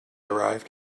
arrived